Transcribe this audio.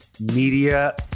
media